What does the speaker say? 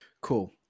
Cool